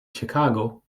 chicago